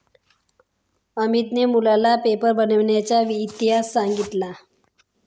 अमितने मुलांना पेपर बनविण्याचा इतिहास सांगितला